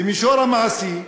במישור המעשי,